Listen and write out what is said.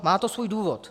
Má to svůj důvod.